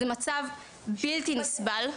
זה מצב בלתי נסבל.